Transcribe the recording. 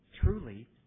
truly